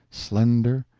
slender,